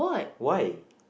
why